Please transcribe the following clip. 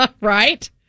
Right